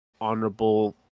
honorable